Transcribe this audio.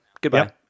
Goodbye